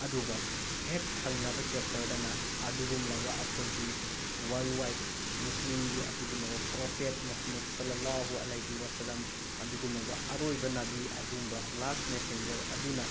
ꯑꯗꯨꯒ ꯍꯦꯛ ꯊꯪꯅꯕ ꯆꯦꯞꯇꯔꯗꯅ ꯑꯗꯨꯒꯨꯝꯂꯕ ꯑꯩꯈꯣꯏꯒꯤ ꯋꯥꯔꯜ ꯋꯥꯏꯠ ꯃꯨꯁꯂꯤꯝꯒꯤ ꯑꯗꯨꯒꯨꯝꯂꯕ ꯄ꯭ꯔꯣꯐꯦꯠ ꯃꯣꯍꯥꯃꯠ ꯁꯜꯂ ꯂꯥꯍꯨꯋꯥ ꯂꯩꯍꯤꯋꯥꯁꯂꯝ ꯑꯗꯨꯒꯨꯝꯃꯕ ꯑꯔꯣꯏꯕ ꯅꯥꯕꯤ ꯑꯗꯨꯝꯕ ꯂꯥꯁ ꯃꯦꯁꯦꯟꯖꯔ ꯑꯗꯨꯅ